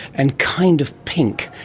and kind of pink.